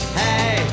hey